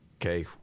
okay